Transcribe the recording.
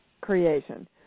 Creation